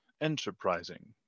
enterprising